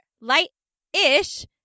light-ish